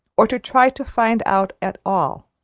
or to try to find out at all,